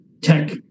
tech